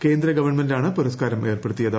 കേന്ദ്ര ഗവൺമെന്റാണ് പുരസ്കാരം ഏർപ്പെടുത്തിയത്